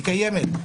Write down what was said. היא קיימת,